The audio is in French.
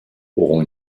auront